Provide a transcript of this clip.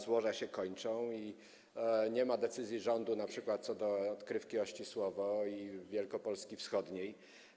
Złoża się kończą i nie ma decyzji rządu np. co do odkrywki Ościsłowo i Wielkopolski wschodniej.